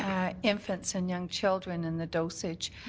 infants and young children and the dosage.